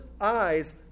eyes